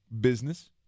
business